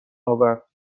آورد